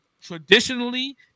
traditionally